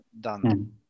done